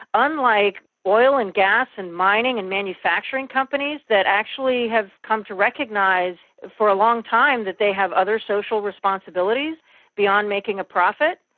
unlike oil and gas and mining and manufacturing companies that actually have come to recognise for a long time that they have other social responsibilities beyond making a profit,